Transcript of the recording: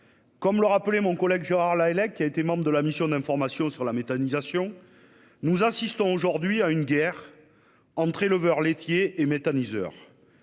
Comme le rappelait mon collègue Gérard Lahellec, qui a été membre de la mission d'information sur la méthanisation dans le mix énergétique, nous assistons aujourd'hui à une guerre entre éleveurs laitiers et méthaniseurs.